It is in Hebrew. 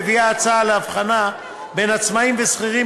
מביאה ההצעה להבחנה בין עצמאים ושכירים